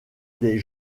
des